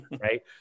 Right